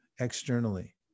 externally